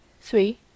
three